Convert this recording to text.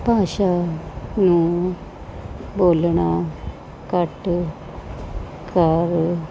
ਭਾਸ਼ਾ ਨੂੰ ਬੋਲਣਾ ਘੱਟ ਕਰ